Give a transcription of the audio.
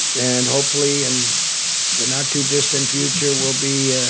and hopefully, in the not-too-distant future, we'll be ah